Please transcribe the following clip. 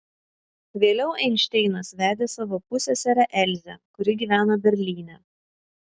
vėliau einšteinas vedė savo pusseserę elzę kuri gyveno berlyne